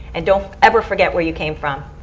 and don't ever forget where you came from.